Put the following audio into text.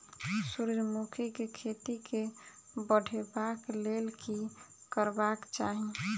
सूर्यमुखी केँ खेती केँ बढ़ेबाक लेल की करबाक चाहि?